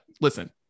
listen